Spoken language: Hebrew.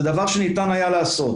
זה דבר שניתן היה לעשות